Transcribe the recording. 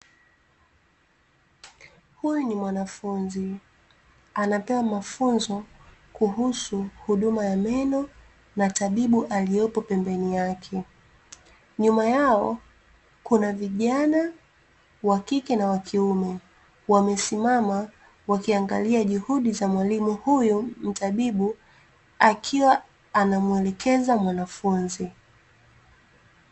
Huyu ni mwanafunzi. Anapewa mafunzo kuhusu huduma ya meno na tabibu aliopo pembeni yake. Nyuma yao kuna vijana wa kike na wa kiume wamesimama wakiangalia juhudi za mwalimu huyu mtabibu akiwa anamuelekeza mwanafunzi.